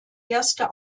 erste